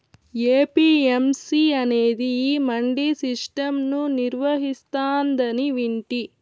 APMC అనేది ఈ mandi system ను నిర్వహిస్తాందని వింటి